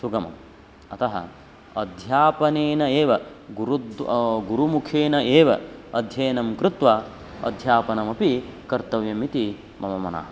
सुगमम् अतः अध्यापनेन एव गुरुः गुरुमुखेन एव अध्ययनं कृत्वा अध्यापनमपि कर्तव्यम् इति मम मनः